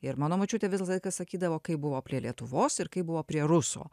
ir mano močiutė visą laiką sakydavo kai buvo prie lietuvos ir kai buvo prie ruso